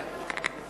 תודה.